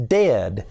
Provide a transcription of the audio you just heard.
dead